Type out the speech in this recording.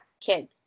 kids